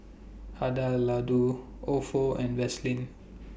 Hada Ofo and Vaseline